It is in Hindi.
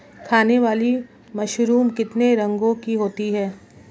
खाने वाली मशरूम कितने रंगों की होती है?